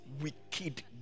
Wicked